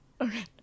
Okay